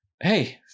Hey